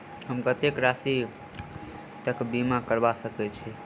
हम कत्तेक राशि तकक बीमा करबा सकैत छी?